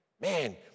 Man